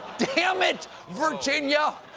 dammit, virginia!